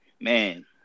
man